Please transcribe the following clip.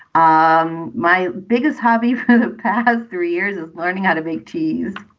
um my biggest hobby for the past three years is learning how to make cheese